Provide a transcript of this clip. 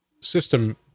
system